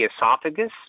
esophagus